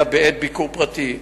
אלא בעת ביקור פרטי.